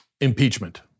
impeachment